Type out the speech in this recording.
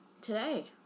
today